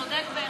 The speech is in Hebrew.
האו צודק בהחלט.